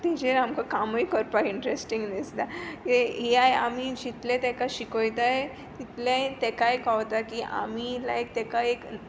तेजेर आमकांं कामूय करपाक इंटरेसस्टींग दिसता ए आय आमी जितले तेका शिकोयताय तितले तेकाय कोवता की आमी लायक तेकाय एक